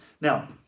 Now